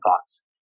thoughts